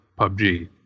PUBG